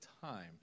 time